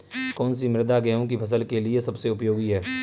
कौन सी मृदा गेहूँ की फसल के लिए सबसे उपयोगी है?